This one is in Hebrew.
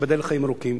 שייבדל לחיים ארוכים,